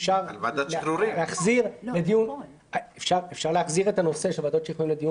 אפשר להחזיר את הנושא של ועדות שחרורים לדיון